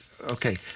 okay